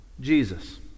Jesus